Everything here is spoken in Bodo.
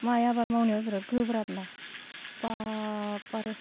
माइ आबाद मावनाया बिराद गोब्राबना बा बारे